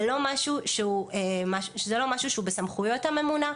זה לא משהו שהוא בסמכויות הממונה,